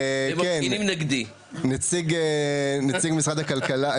נציג משרד הכלכלה,